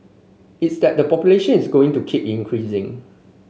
it's that the population is going to keep increasing